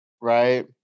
Right